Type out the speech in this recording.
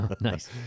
Nice